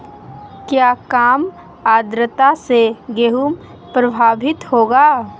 क्या काम आद्रता से गेहु प्रभाभीत होगा?